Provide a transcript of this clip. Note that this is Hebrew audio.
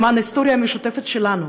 למען ההיסטוריה המשותפת שלנו,